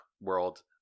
world